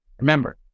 remember